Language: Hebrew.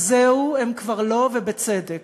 אז זהו, הם כבר לא, ובצדק.